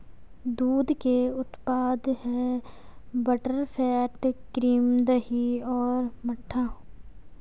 दूध के उत्पाद हैं बटरफैट, क्रीम, दही और मट्ठा